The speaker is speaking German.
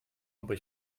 aber